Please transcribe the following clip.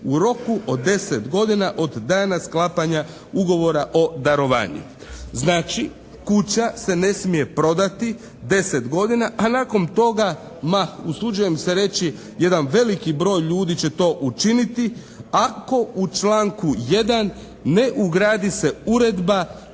u roku od 10 godina od dana sklapanja ugovora o darovanju." Znači, kuća se ne smije prodati 10 godina a nakon toga ma usuđujem se reći, jedan veliki broj ljudi će to učiniti ako u članku 1. ne ugradi se uredba